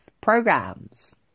programs